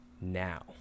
now